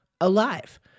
alive